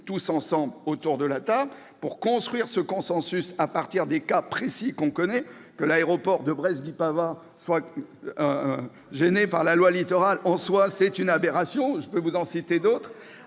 tous autour de la table pour construire ce consensus à partir des cas précis que l'on connaît. Que l'aéroport de Brest-Guipavas soit bridé par la loi Littoral, en soi, est une aberration, et je peux vous citer d'autres